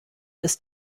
ist